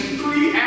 three